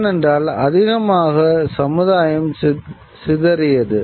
ஏனென்றால் அதிகமாக சமுதாயம் சிதறியது